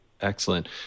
Excellent